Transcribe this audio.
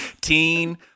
teen